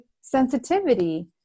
sensitivity